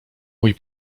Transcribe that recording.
mój